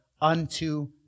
unto